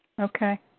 Okay